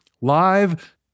live